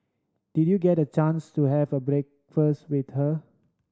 did you get a chance to have breakfast with her